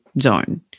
zone